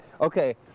Okay